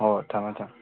ꯍꯣꯏ ꯊꯝꯃꯦ ꯊꯝꯃꯦ